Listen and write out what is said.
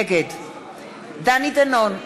נגד דני דנון,